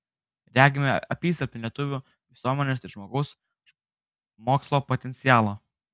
regime apysilpnį lietuvių visuomenės ir žmogaus mokslo potencialą